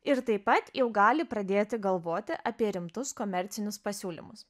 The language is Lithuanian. ir taip pat jau gali pradėti galvoti apie rimtus komercinius pasiūlymus